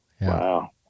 Wow